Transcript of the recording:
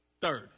Third